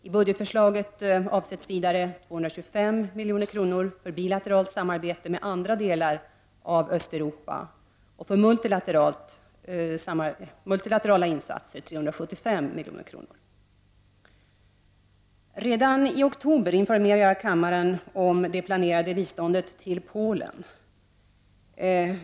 I budgetförslaget avsätts vidare 225 milj.kr. för bilateralt samarbete med andra delar av Östeuropa och för multilaterala insatser 375 milj.kr. Redan i oktober informerade jag kammaren om det planerade biståndet till Polen.